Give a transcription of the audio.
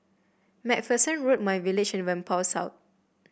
MacPherson Road myVillage and Whampoa South